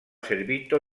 servito